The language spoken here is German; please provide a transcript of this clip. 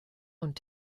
und